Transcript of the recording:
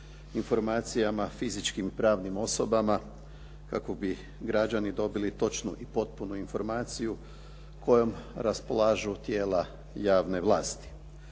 informacijama fizičkim i pravnim osobama kako bi građani dobili točnu i potpunu informaciju kojom raspolažu tijela javne vlasti.